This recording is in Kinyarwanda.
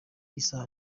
isaha